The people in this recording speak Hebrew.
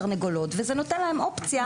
תרנגולות וזה נותן להם אופציה פשוט לעשות את זה.